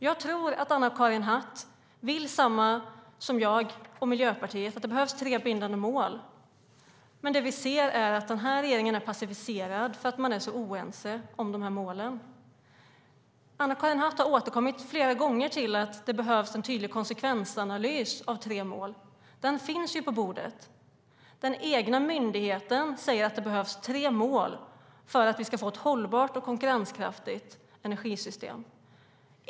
Jag tror att Anna-Karin Hatt vill detsamma som jag och Miljöpartiet, att det ska finnas tre bindande mål, men vi ser att regeringen är passiviserad eftersom den är så oense om dessa mål. Anna-Karin Hatt har flera gånger återkommit till att det behövs en tydlig konsekvensanalys av tre mål. Den finns ju på bordet. Den egna myndigheten säger att det behövs tre mål för att vi ska få ett hållbart och konkurrenskraftigt energisystem.